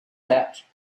pouch